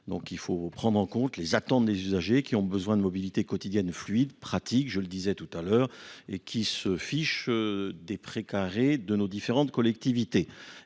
Donc, il faut prendre en compte les attentes des usagers qui ont besoin de mobilité quotidienne. fluide, pratique je le disais tout à l'heure et quii se fiche des prés carrés de nos différentes collectivités